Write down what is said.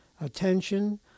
attention